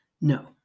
No